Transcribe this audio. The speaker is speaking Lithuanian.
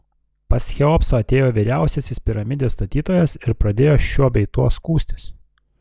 pas cheopsą atėjo vyriausiasis piramidės statytojas ir pradėjo šiuo bei tuo skųstis